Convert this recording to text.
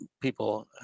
people